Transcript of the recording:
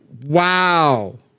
Wow